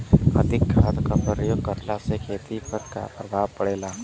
अधिक खाद क प्रयोग कहला से खेती पर का प्रभाव पड़ेला?